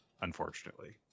unfortunately